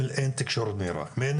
אם אין תקשורת מהירה ואין